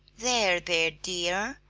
there, there, dear,